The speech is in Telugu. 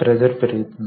కారణంగా అదే జరుగుతోంది